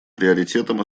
приоритетом